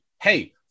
hey